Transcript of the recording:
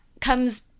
comes